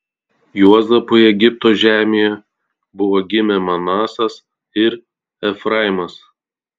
juozapui egipto žemėje buvo gimę manasas ir efraimas